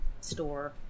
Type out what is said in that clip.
store